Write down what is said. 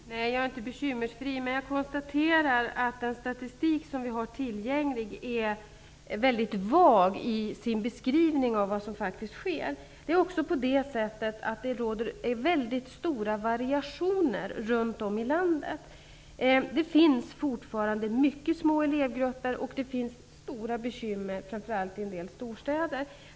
Fru talman! Jag är inte bekymmersfri, men jag konstaterar att tillgänglig statistik är väldigt vag i sin beskrivning av vad som faktiskt sker. Det råder också mycket stora variationer runt om i landet. Det finns fortfarande mycket små elevgrupper, och det finns stora bekymmer framför allt i en del storstäder.